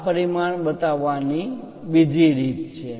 આ પરિમાણ બતાવવાની બીજી રીત છે